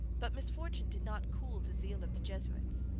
but misfortune did not cool the zeal of the jesuits.